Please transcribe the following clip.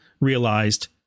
realized